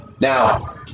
Now